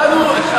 לא.